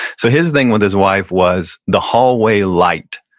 so his thing with his wife was the hallway light.